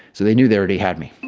so they knew there and had me.